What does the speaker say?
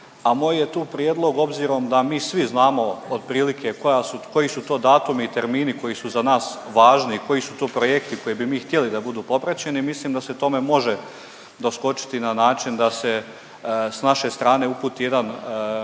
tu prijedlog obzirom da mi svi znamo otprilike koja su, koji su to datumi i termini koji su za nas važni i koji su to projekti koje bi mi htjeli da budu popraćeni mislim da se tome može doskočiti na način da se s naše strane uputi jedan raspored